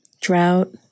drought